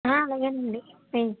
అలాగేనండి